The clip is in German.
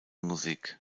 musik